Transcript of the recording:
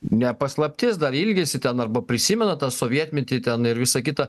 ne paslaptis dar ilgesį ten arba prisimena tą sovietmetį ten ir visa kita